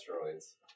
asteroids